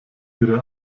ihre